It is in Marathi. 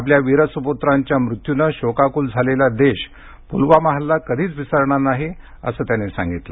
आपल्या वीर सुपुत्रांच्या मृत्यूने शोकाकुल झालेला देश पुलवामा हल्ला कधीच विसरणार नाही असं ते म्हणाले